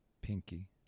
pinky